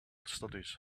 studies